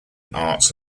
arts